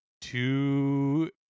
two